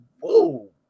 whoa